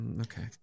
Okay